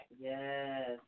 Yes